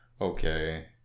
Okay